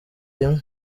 rimwe